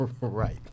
Right